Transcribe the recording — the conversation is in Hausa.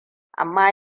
amma